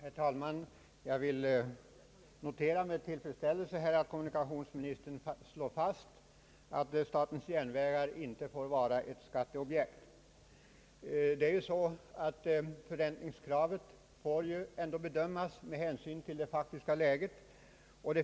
Herr talman! Jag vill med tillfredsställelse notera att kommunikationsministern slår fast, att SJ inte får vara ett skatteobjekt. Förräntningskravet måste dock bedömas med hänsyn till det faktiska läget.